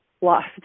lost